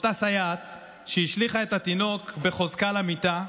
אותה סייעת שהשליכה את התינוק בחוזקה למיטה,